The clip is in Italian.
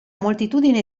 moltitudine